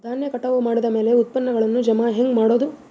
ಧಾನ್ಯ ಕಟಾವು ಮಾಡಿದ ಮ್ಯಾಲೆ ಉತ್ಪನ್ನಗಳನ್ನು ಜಮಾ ಹೆಂಗ ಮಾಡೋದು?